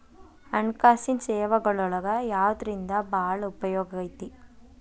ಹಣ್ಕಾಸಿನ್ ಸೇವಾಗಳೊಳಗ ಯವ್ದರಿಂದಾ ಭಾಳ್ ಉಪಯೊಗೈತಿ?